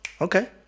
okay